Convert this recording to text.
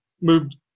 moved